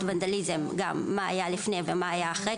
ונדליזם גם: מה היה לפני ומה היה אחרי,